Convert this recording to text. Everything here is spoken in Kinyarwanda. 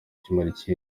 ikindi